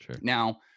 Now